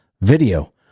video